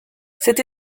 cette